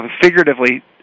figuratively